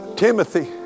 Timothy